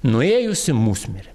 nuėjusi musmirė